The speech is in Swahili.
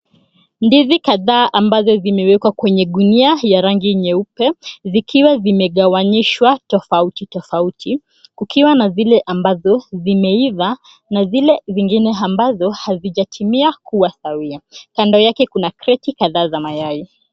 Ndizi kadhaa ambazo zimewekwa kwenye gunia ya rangi nyeupe zikiwa zimegawanyishwa tofauti tofauti kukiwa na zile ambazo zimeiva na zile zingine ambazo hazijatimia kuwa sawia. Kando yake kuna kreti kadhaa za mayai.